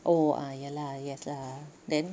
oh ah ya lah yes lah then